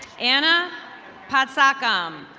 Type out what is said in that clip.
anna passackam.